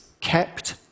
kept